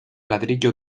ladrillo